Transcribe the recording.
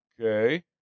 Okay